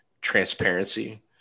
transparency